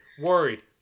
worried